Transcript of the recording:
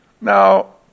Now